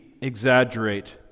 exaggerate